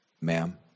Ma'am